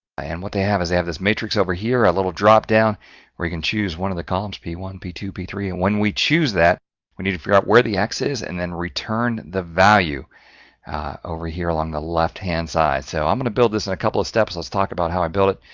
and what they have is, they have this matrix over here, a little drop-down where you can choose one of the columns, p one p two p three, and when we choose that we need to figure out where the x is, and then return the value over here along the left-hand side. so i'm going to build this in a couple of steps, let's talk about how i build it.